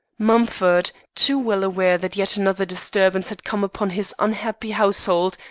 mumford, too well aware that yet another disturbance had come upon his unhappy household,